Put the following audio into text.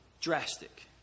drastic